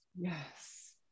yes